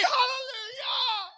Hallelujah